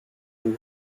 who